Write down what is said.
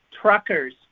truckers